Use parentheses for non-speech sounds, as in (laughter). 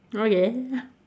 okay (laughs)